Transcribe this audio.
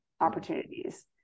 opportunities